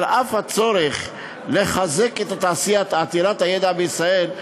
על אף הצורך לחזק את התעשייה עתירת הידע בישראל,